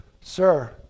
Sir